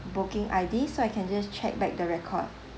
booking I_D so I can just check back the record